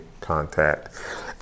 contact